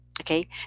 Okay